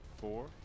Four